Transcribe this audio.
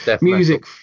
music